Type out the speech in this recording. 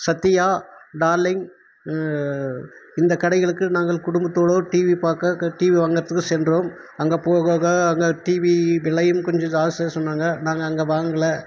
Sathya darling இந்த கடைகளுக்கு நாங்கள் குடும்பத்தோடு டிவி பார்க்க டிவி வாங்கிறதுக்கு சென்றோம் அங்கே போக க அங்கே டிவி விலையும் கொஞ்சம் ஜாஸ்தியாக சொன்னாங்க நாங்கள் அங்கே வாங்கல